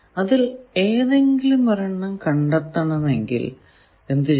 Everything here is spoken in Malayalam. അതിൽ ഏതെങ്കിലും ഒരെണ്ണം കണ്ടെത്തണമെങ്കിൽ എന്ത് ചെയ്യണം